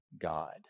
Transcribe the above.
God